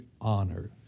honor